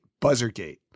buzzergate